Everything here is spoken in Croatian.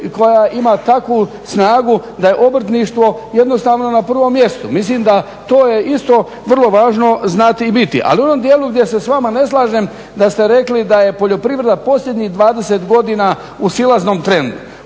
koja ima takvu snagu da je obrtništvo jednostavno na prvom mjestu. Mislim da to je isto vrlo važno znati i biti. Ali u onom dijelu gdje se s vama ne slažem, da ste rekli da je poljoprivreda posljednjih 20 godina u silaznom trendu,